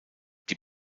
die